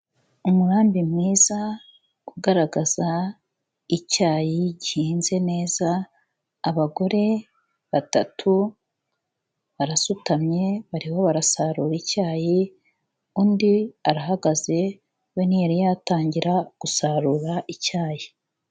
Umurambi mwiza ugaragaza icyayi gize neza, abagore batatu barasutamye bariho barasarura icyayi, undi arahagaze we ntiyari yatangira gusarura icyayi.